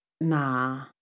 nah